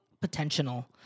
Potential